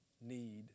need